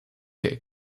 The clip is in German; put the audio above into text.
der